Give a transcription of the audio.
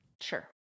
Sure